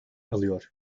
alıyor